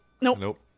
Nope